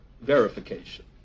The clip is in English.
verification